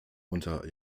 unter